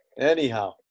anyhow